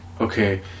okay